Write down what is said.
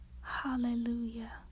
Hallelujah